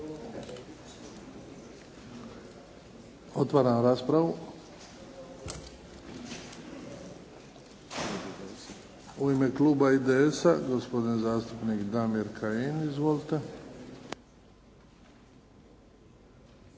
Otvaram raspravu. U ime kluba IDS-a, gospodin zastupnik Damir Kajin. Izvolite.